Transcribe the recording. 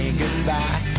goodbye